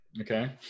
Okay